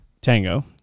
Tango